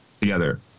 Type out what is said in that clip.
together